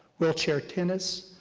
wheelchair tennis,